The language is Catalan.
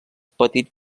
petit